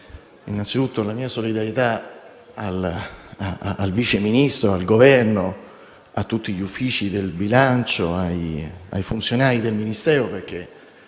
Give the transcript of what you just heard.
innanzitutto la mia solidarietà al Vice Ministro, al Governo, a tutti gli uffici che si occupano del bilancio e ai funzionari del Ministero, perché